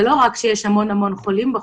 זה לא רק שיש המון המון חולים בחוץ.